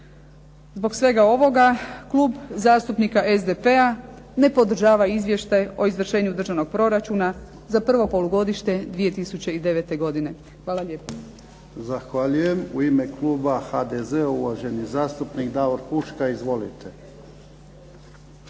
Zbog svega ovoga Klub zastupnika SDP-a ne podržava Izvještaj o izvršenju državnog proračuna za prvo polugodište 2009. godine. Hvala lijepo. **Jarnjak, Ivan (HDZ)** Zahvaljujem. U ime kluba HDZ-a uvaženi zastupnik Davor Huška. Izvolite.